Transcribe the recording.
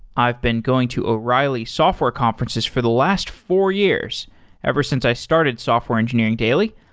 i've been going to o'reilly software conferences for the last four years ever since i started software engineering daily.